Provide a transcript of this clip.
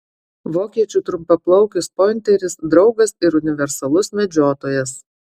vokiečių trumpaplaukis pointeris draugas ir universalus medžiotojas